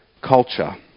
culture